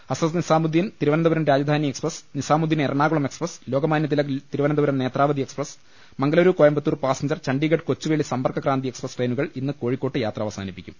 Hazrat Nizamuddin Thiruvananthapuram Rajdhani express Nizamuddin Ernakulam express ലോക മാന്യതിലക് Thiruvananthapuram Netravati express മംഗ ലുരു Coimbatore passenger Chandigarh Kochuveli Sampark Kranti express ട്രെയിനുകൾ ഇന്ന് കോഴിക്കോട്ട് യാത്ര അവസാനിപ്പിക്കും